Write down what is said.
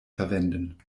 verwenden